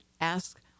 ask